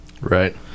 Right